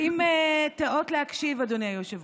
האם תיאות להקשיב, אדוני היושב-ראש?